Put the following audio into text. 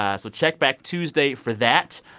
ah so check back tuesday for that.